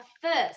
first